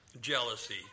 jealousy